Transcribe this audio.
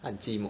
他很寂寞